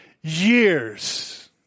years